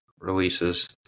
releases